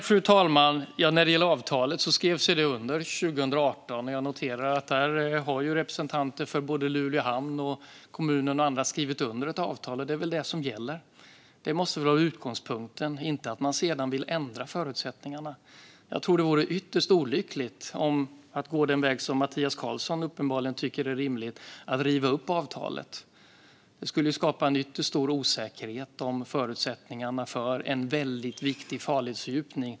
Fru talman! När det gäller avtalet skrevs ju det under 2018. Jag noterar att representanter för både Luleå hamn, kommunen och andra har skrivit under ett avtal, och då är det väl det som gäller. Det måste väl vara utgångspunkten, inte att man sedan vill ändra förutsättningarna. Jag tror att det vore ytterst olyckligt att gå den väg som Mattias Karlsson uppenbarligen tycker är rimlig och riva upp avtalet. Det skulle skapa en ytterst stor osäkerhet om förutsättningarna för en väldigt viktig farledsfördjupning.